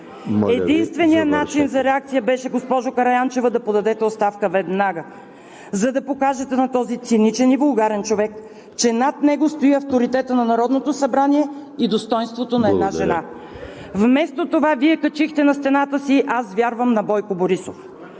Единственият начин за реакция беше, госпожо Караянчева, да подадете оставка веднага, за да покажете на този циничен и вулгарен човек, че над него стои авторитетът на Народното събрание и достойнството на една жена. Вместо това Вие качихте на стената си: „Аз вярвам на Бойко Борисов“.